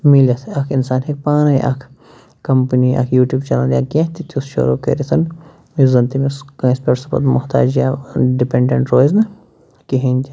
میلِتھ اَکھ اِنسان ہٮ۪کہِ پانَے اَکھ کمپٔنی اَکھ یوٗٹیوٗب چینَل یا کیٚنہہ تہِ تیُتھ شُروٗع کٔرِتھ یُس زَنہٕ تٔمِس کٲنٛسہِ پٮ۪ٹھ سُہ پتہٕ محتاج یا ڈِپٮ۪نڈٮ۪نٛٹ روزِنہٕ کِہیٖنۍ تہِ